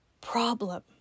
problem